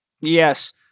Yes